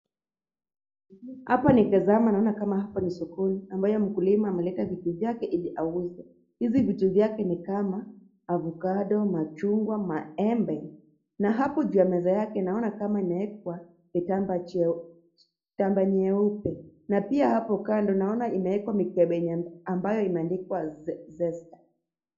Hapa nikitaza naona hapa ni kama sokoni ambaye mkulima ameleta vitu vyake ili auze. Hizi vitu zake ni kama (cs) avocado(cs), machungwa, maembe. Na hapo juu ya meza yake naona kuwa ameweka kitambaa nyeupe. Na pia hapo kando naona imewekwa mikebe ambayo imeandikwa zesta.